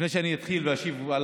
לפני שאני אתחיל ואשיב על